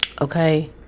Okay